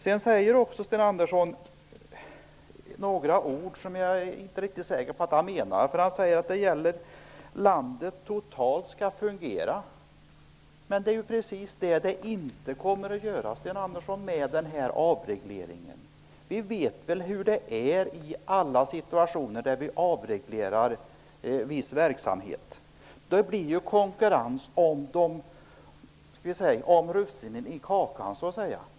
Sten Andersson säger också några ord som jag inte är riktigt säker på att han menar. Han säger att landet totalt skall fungera. Det är precis vad det inte kommer att göra med denna avreglering. Vi vet hur det alltid är när vi avreglerar viss verksamhet. Det blir konkurrens om russinen i kakan, så att säga.